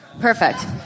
perfect